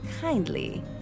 kindly